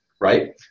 right